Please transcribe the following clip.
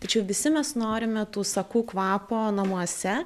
tačiau visi mes norime tų sakų kvapo namuose